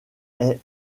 est